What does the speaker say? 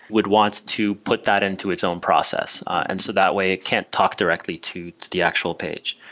we'd want to put that into its own process. and so that way it can't talk directly to the actual page.